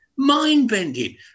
Mind-bending